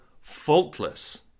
faultless